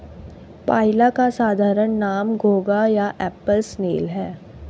पाइला का साधारण नाम घोंघा या एप्पल स्नेल है